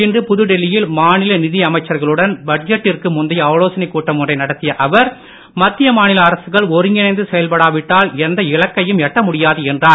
இன்று புதுடெல்லியில் மாநில நிதியமைச்சர்களுடன் பட்ஜெட்டிற்கு முந்தைய ஆலோசனை கூட்டம் ஒன்றை நடத்திய அவர் மத்திய மாநில அரசுகள் ஒருங்கிணைந்து செயல்படாவிட்டால் எந்த இலக்கையும் எட்டமுடியாது என்றார்